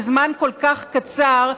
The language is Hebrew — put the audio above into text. בזמן כל כך קצר,